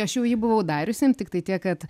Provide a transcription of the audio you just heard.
aš jau jį buvau dariusi tiktai tiek kad